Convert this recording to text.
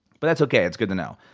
but that's okay, that's good to know.